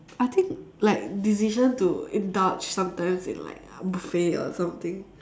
I think like decision to indulge sometimes in like buffet or something